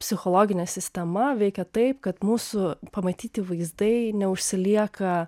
psichologinė sistema veikia taip kad mūsų pamatyti vaizdai neužsilieka